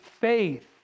faith